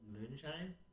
moonshine